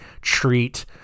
treat